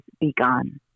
begun